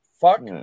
Fuck